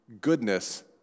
goodness